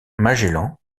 magellan